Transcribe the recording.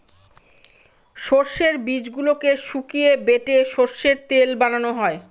সর্ষের বীজগুলোকে শুকিয়ে বেটে সর্ষের তেল বানানো হয়